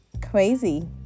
crazy